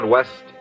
West